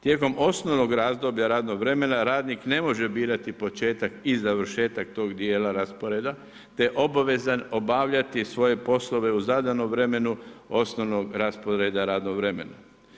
Tijekom osnovnog razdoblja radnog vremena radnik ne može birati početak i završetak tog dijela rasporeda te je obavezan obavljati svoje poslove u zadanom vremenu osnovnog rasporeda radnog vremena.